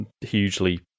hugely